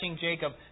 Jacob